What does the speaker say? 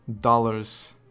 dollars